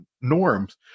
norms